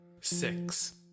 six